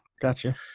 Gotcha